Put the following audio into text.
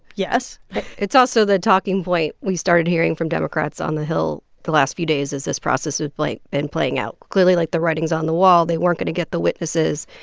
yes it's also the talking point we started hearing from democrats on the hill the last few days as this process has like been playing out. clearly, like, the writing's on the wall. they weren't going to get the witnesses.